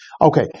Okay